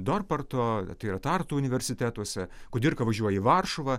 dorparto tai yra tartu universitetuose kudirka važiuoja į varšuvą